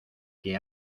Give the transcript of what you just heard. que